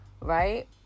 Right